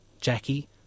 Jackie